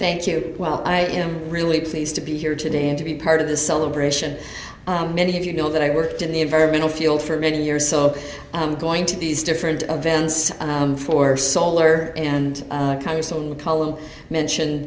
thank you while i am really pleased to be here today and to be part of the celebration many of you know that i worked in the environmental field for many years so i'm going to these different events for solar and apollo mentioned